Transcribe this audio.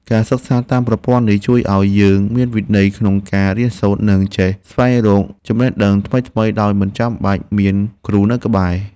ការសិក្សាតាមប្រព័ន្ធនេះជួយឱ្យយើងមានវិន័យក្នុងការរៀនសូត្រ និងចេះស្វែងរកចំណេះដឹងថ្មីៗដោយមិនចាំបាច់មានគ្រូនៅក្បែរ។